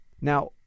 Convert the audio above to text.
Now